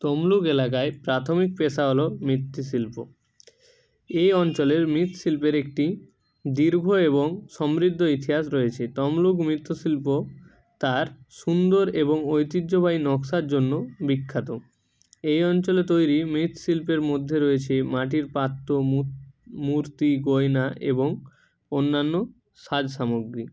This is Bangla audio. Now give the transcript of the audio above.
তমলুক এলাকায় প্রাথমিক পেশা হলো মৃৎশিল্প এই অঞ্চলের মৃৎশিল্পের একটি দীর্ঘ এবং সমৃদ্ধ ইতিহাস রয়েছে তমলুক মৃৎশিল্প তার সুন্দর এবং ঐতিহ্যবাহী নকশার জন্য বিখ্যাত এই অঞ্চলে তৈরি মৃৎশিল্পের মধ্যে রয়েছে মাটির পাত্র মূর্তি গয়না এবং অন্যান্য সাজ সামগ্রিক